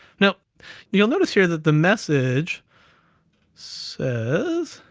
now you'll notice here that the message says